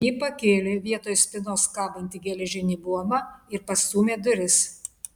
ji pakėlė vietoj spynos kabantį geležinį buomą ir pastūmė duris